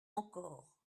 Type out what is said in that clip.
encore